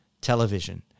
television